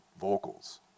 vocals